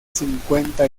cincuenta